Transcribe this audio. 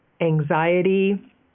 anxiety